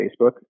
Facebook